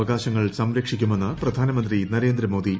അവകാശങ്ങൾ സംരക്ഷിക്കുമെന്ന് പ്രധാനമന്ത്രി നരേന്ദ്രമോദി